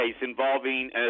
involving